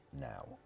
now